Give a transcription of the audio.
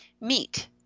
meat